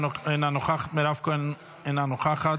אינה נוכחת.